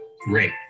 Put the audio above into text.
great